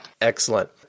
excellent